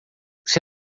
você